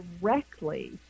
directly